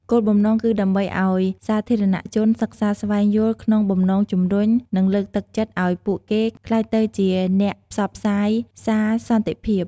គោលបំណងគឺដើម្បីឱ្យសាធារណៈជនសិក្សាស្វែងយល់ក្នុងបំណងជម្រុញ និងលើកទឹកចិត្តឱ្យពួកគេក្លាយទៅជាអ្នកផ្សព្វផ្សាយសារសន្តិភាព។